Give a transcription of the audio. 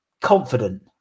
confident